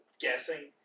Guessing